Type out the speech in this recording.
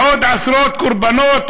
עוד עשרות קורבנות,